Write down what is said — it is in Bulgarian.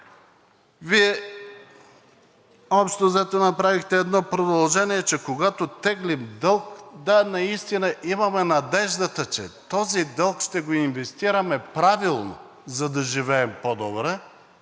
Вие общо взето направихте едно продължение, че когато теглим дълг, да, наистина имаме надеждата, че този дълг ще го инвестираме правилно, за да живеем по-добре